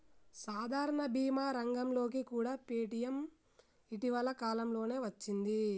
సాధారణ భీమా రంగంలోకి కూడా పేటీఎం ఇటీవల కాలంలోనే వచ్చింది